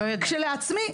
כשלעצמי,